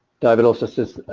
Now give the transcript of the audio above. diagnosis